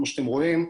כמו שאתם רואים,